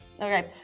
Okay